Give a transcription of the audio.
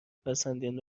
پسندین